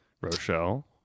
Rochelle